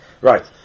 Right